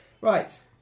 Right